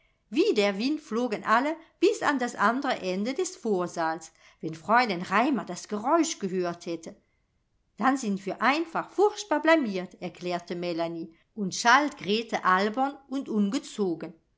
wie der wind flogen alle bis an das andre ende des vorsaals wenn fräulein raimar das geräusch gehört hätte dann sind wir einfach furchtbar blamiert erklärte melanie und schalt grete albern und ungezogen